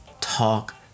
talk